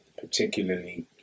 particularly